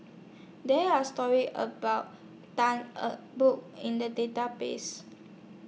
There Are stories about Tan Eng Bock in The Database